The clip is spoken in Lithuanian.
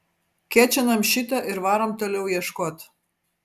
kečinam šitą ir varom toliau ieškot